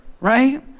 right